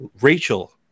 rachel